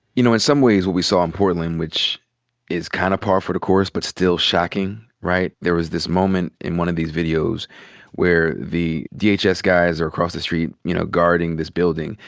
you know, in some ways what we saw in portland which is kind of par for the course but still shocking, right? there was this moment in one of these videos where the d. h. s. guys are across the street, you know, guarding this building.